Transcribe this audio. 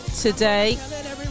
today